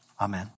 Amen